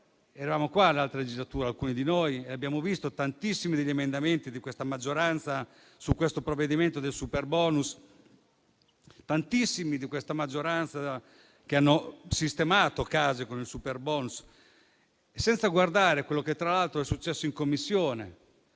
nella passata legislatura, almeno alcuni di noi, e abbiamo visto tantissimi emendamenti di questa maggioranza sul provvedimento del superbonus. Tantissimi di questa maggioranza hanno sistemato case con il superbonus, senza guardare quello che, tra l'altro, è successo in Commissione.